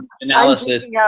analysis